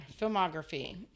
filmography